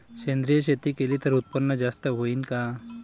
सेंद्रिय शेती केली त उत्पन्न जास्त होईन का?